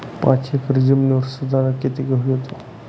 पाच एकर जमिनीवर साधारणत: किती गहू येतो?